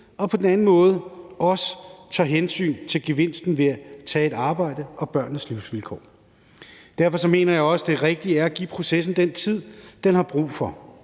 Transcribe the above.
og på den anden måde også tager hensyn til gevinsten ved at tage et arbejde og børnenes livsvilkår. Derfor mener jeg også, det rigtige er at give processen den tid, den har brug for,